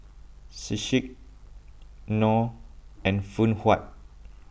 Schick Knorr and Phoon Huat